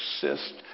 persist